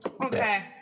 Okay